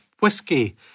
whisky